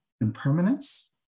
impermanence